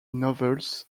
novels